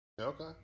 Okay